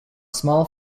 small